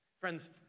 Friends